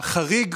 החריג